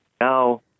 Now